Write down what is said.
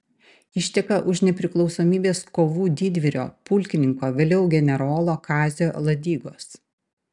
išteka už nepriklausomybės kovų didvyrio pulkininko vėliau generolo kazio ladigos